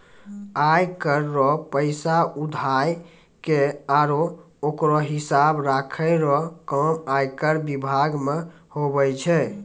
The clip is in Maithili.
आय कर रो पैसा उघाय के आरो ओकरो हिसाब राखै रो काम आयकर बिभाग मे हुवै छै